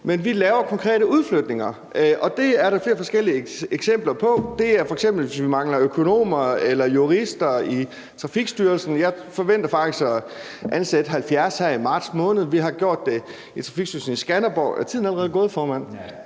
men vi laver konkrete udflytninger. Det er der flere forskellige eksempler på. Det er, f.eks. hvis vi mangler økonomer eller jurister i Trafikstyrelsen. Jeg forventer faktisk at ansætte 70 her i marts måned. Vi har gjort det i Trafikstyrelsen i Skanderborg. (Formanden rejser sig). Er tiden allerede gået, formand?